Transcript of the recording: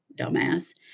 dumbass